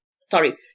Sorry